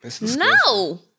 No